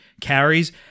carries